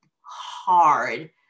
hard